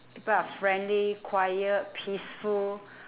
people are friendly quiet peaceful